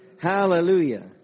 hallelujah